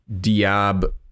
diab